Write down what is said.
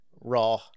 raw